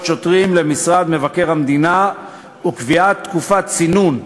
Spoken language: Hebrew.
שוטרים למשרד מבקר המדינה וקביעת תקופת צינון),